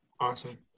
awesome